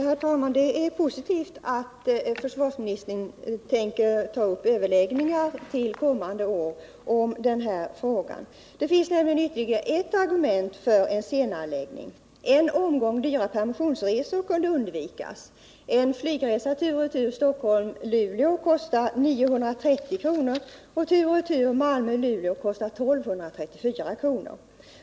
Herr talman! Det är positivt att försvarsministern tänker ta upp överläggningar till kommande år om denna fråga. Det finns nämligen ytterligare ett argument för en senareläggning: en omgång dyra permissionsresor kunde undvikas. En flygresa tur och retur Stockholm-Luleå kostar 930 kr. och en flygresa tur och retur Malmö-Luleå 1 234 kr.